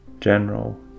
General